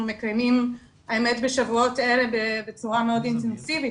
מקיימים בשבועות אלה בצורה מאוד אינטנסיבית,